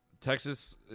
Texas